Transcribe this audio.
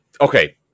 Okay